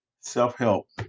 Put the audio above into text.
Self-help